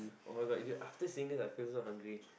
[oh]-my-god you know after seeing this I feel so hungry